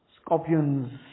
scorpions